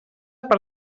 per